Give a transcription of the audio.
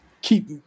keep